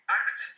act